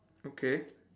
okay